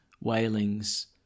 wailings